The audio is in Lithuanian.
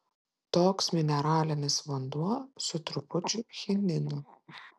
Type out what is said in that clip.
toks mineralinis vanduo su trupučiu chinino